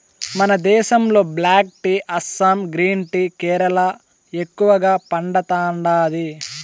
మన దేశంలో black tea Assam green tea Kerala ఎక్కువగా పండతాండాది